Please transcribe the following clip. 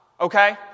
Okay